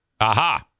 Aha